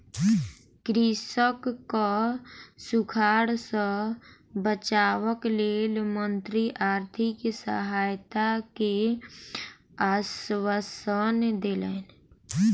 कृषकक सूखाड़ सॅ बचावक लेल मंत्री आर्थिक सहायता के आश्वासन देलैन